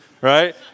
right